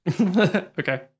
Okay